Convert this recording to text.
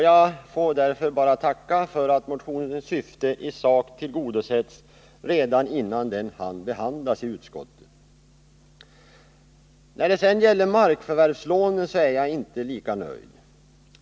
Jag får därför bara tacka för att motionens syfte i sak tillgodosetts redan innan den hann behandlas i utskottet. När det gäller markförvärvslånen är jag inte lika nöjd.